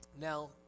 Now